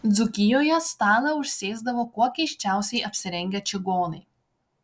dzūkijoje stalą užsėsdavo kuo keisčiausiai apsirengę čigonai